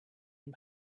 and